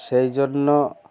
সেই জন্য